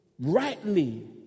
Rightly